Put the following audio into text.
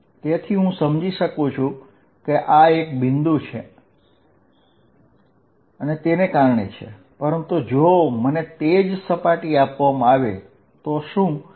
તેથી હું સમજી શકું છું કે આ એક બિંદુ ચાર્જ ને લીધે છે પરંતુ જો મને તે જ સપાટી આપવામાં આવે તો શું થાય